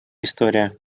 история